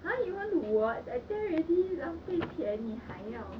!huh! you want to watch I tell you already 浪费钱你还有